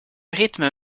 rythmes